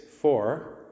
four